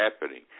happening